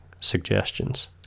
suggestions